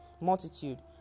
multitude